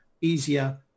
easier